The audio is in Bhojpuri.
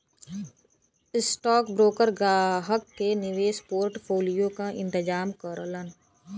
स्टॉकब्रोकर ग्राहक के निवेश पोर्टफोलियो क इंतजाम करलन